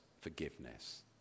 forgiveness